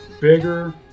bigger